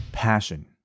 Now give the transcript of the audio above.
passion